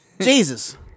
Jesus